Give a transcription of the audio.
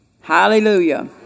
Hallelujah